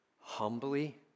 Humbly